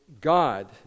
God